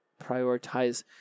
Prioritize